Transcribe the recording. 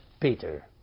Peter